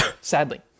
sadly